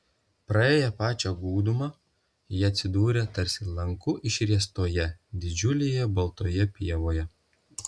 praėję pačią gūdumą jie atsidūrė tarsi lanku išriestoje didžiulėje baltoje pievoje